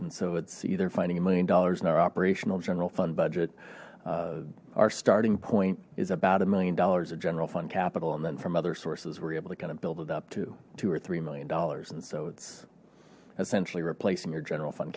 and so it's either finding a million dollars in our operational general fund budget our starting point is about a million dollars a general fund capital and then from other sources we're able to kind of build it up to two or three million dollars and so it's essentially replacing your general fund